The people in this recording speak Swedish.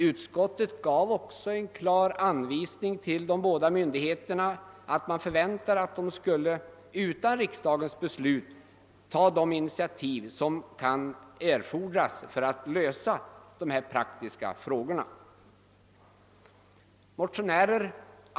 Utskottet gav också en klar anvisning till de båda myndigheterna att det väntade sig att dessa utan framställning från riksdagen skulle ta de initiativ som kunde erfordras för att lösa dessa praktiska samarbetsfrågor.